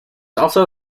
also